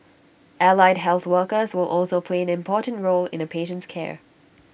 allied health workers will also play an important role in A patient's care